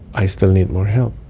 i still need more help